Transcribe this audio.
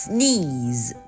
Sneeze